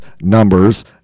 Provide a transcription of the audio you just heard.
numbers